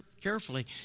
carefully